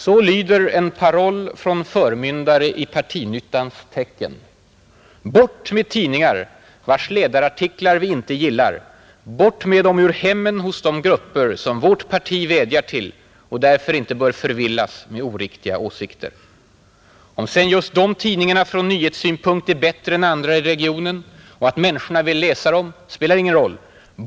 Så lyder en paroll från förmyndare i partinyttans tecken. Bort med tidningar, vilkas ledarartiklar vi inte gillar, ur hemmen hos de grupper som vårt parti vädjar till och därför inte bör förvillas med oriktiga åsikter. Om sedan just de tidningarna från nyhetssynpunkt är bättre än andra i regionen och människorna vill läsa dem, spelar ingen roll.